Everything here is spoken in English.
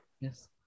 Yes